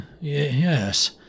Yes